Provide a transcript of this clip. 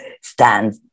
stand